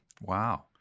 Wow